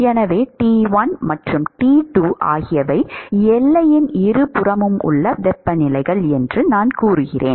எனவே T1 மற்றும் T2 ஆகியவை எல்லையின் இருபுறமும் உள்ள வெப்பநிலைகள் என்று நான் கூறுகிறேன்